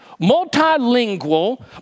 multilingual